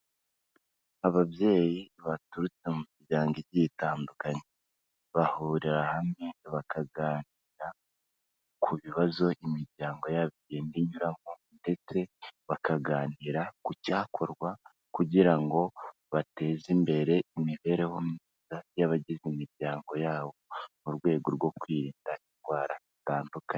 Ababyeyi baturutse mu miryango igiye itandukanye, bahurira hamwe bakaganira ku bibazo imiryango yabo igenda inyuramo ndetse bakaganira ku cyakorwa kugira ngo bateze imbere imibereho myiza y'abagize imiryango yabo mu rwego rwo kwirinda indwara zitandukanye.